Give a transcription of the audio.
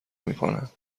میکنند